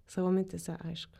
savo mintyse aišku